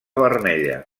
vermella